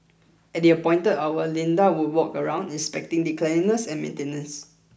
at the appointed hour Linda would walk around inspecting the cleanliness and maintenance